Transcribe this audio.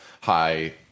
high